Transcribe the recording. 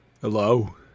hello